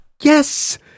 Yes